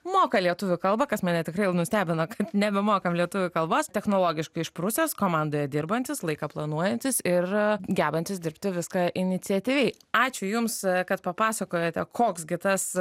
moka lietuvių kalbą kas mane tikrai nustebino kad nebemokam lietuvių kalbos technologiškai išprusęs komandoje dirbantis laiką planuojantys ir gebantis dirbti viską iniciatyviai ačiū jums kad papasakojote koks gi tas